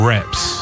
Reps